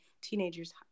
teenager's